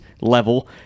level